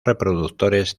reproductores